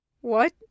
What